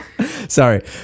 sorry